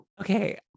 Okay